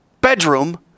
bedroom